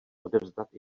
odevzdat